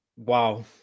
Wow